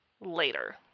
later